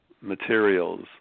materials